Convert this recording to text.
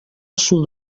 sud